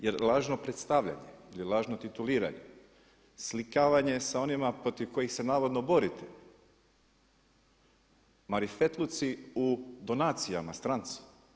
Jer lažno predstavljanje ili lažno tituliranje, slikavanje sa onima protiv kojih se navodno borite, marifetluci u donacijama, stranci.